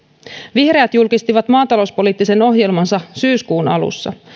vihreät julkistivat maatalouspoliittisen ohjelmansa syyskuun alussa